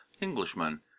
englishman